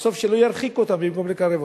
בסוף שלא ירחיקו אותם במקום לקרב אותם.